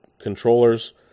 controllers